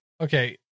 Okay